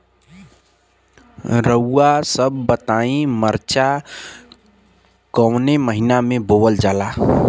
रउआ सभ बताई मरचा कवने महीना में बोवल जाला?